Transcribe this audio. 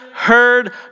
heard